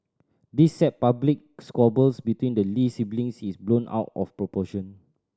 this sad public squabbles between the Lee siblings is blown out of proportion